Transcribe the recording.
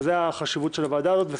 וזאת החשיבות של הוועדה הזאת.